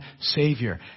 Savior